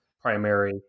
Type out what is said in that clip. primary